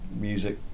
music